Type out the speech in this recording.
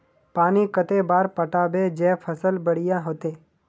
पानी कते बार पटाबे जे फसल बढ़िया होते?